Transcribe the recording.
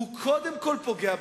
הוא קודם כול פוגע בחלשים,